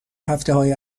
هفتههای